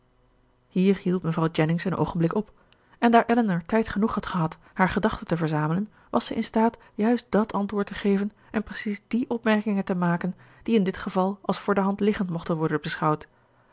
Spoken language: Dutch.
hier hield mevrouw jennings een oogenblik op en daar elinor tijd genoeg had gehad haar gedachten te verzamelen was zij in staat juist dàt antwoord te geven en precies de opmerkingen te maken die in dit geval als voor de hand liggend mochten worden beschouwd